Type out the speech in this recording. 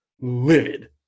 livid